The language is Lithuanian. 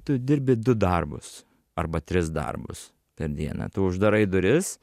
tu dirbi du darbus arba tris darbus per dieną tu uždarai duris